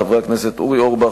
חברי הכנסת אורי אורבך,